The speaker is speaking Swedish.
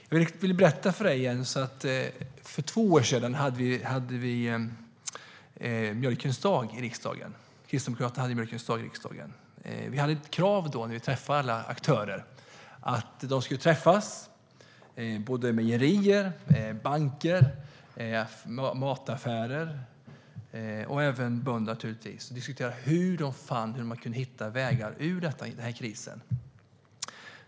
Jag vill berätta för dig, Jens, att för två år sedan hade Kristdemokraterna Mjölkens dag i riksdagen. När vi träffade alla aktörer - mejerier, banker, mataffärer och naturligtvis även bönder - hade vi ett krav att de skulle diskutera hur de kunde hitta vägar ur krisen.